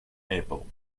apple